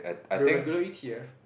the regular A_T_F